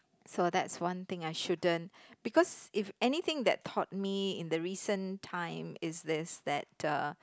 so that's one thing I shouldn't because if anything that taught me in the reason time is this that a